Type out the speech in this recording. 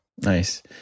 Nice